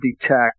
detect